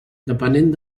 depenent